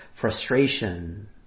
frustration